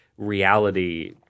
reality